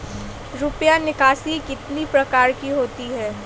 रुपया निकासी कितनी प्रकार की होती है?